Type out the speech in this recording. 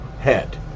Head